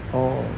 oh